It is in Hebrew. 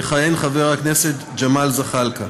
יכהן חבר הכנסת ג'מאל זחאלקה.